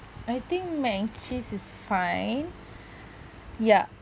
I think mac and cheese is fine ya